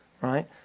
Right